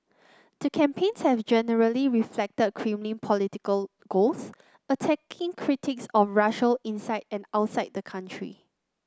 the campaigns have generally reflected Kremlin political goals attacking critics of Russia inside and outside the country